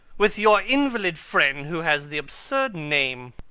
with your invalid friend who has the absurd name.